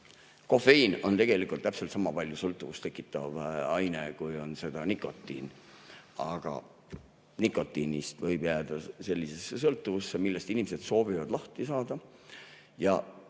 Kofeiin on tegelikult täpselt sama palju sõltuvust tekitav aine, kui on nikotiin, aga nikotiinist võib jääda sellisesse sõltuvusse, millest inimesed soovivad lahti saada.